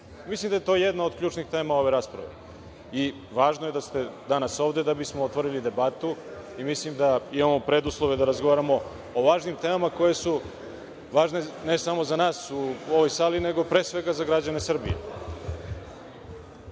Mislim da je to jedna od ključnih tema ove rasprave. Važno je da ste danas ovde da bismo otvorili debatu i mislim da imamo preduslove da razgovaramo o važnim temama koje su važne ne samo za nas u ovoj sali, nego pre svega za građane Srbije. Tema